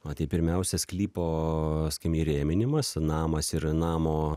va tai pirmiausia sklypo skim įrėminimas namas ir namo